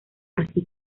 así